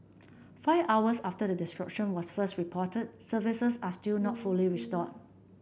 five hours after the disruption was first reported services are still not fully restored